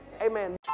amen